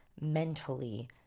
mentally